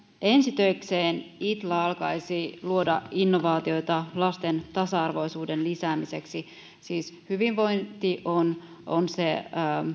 ensi töikseen itla alkaisi luoda innovaatioita lasten tasa arvoisuuden lisäämiseksi siis hyvinvointi on on se